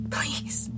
Please